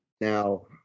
Now